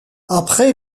après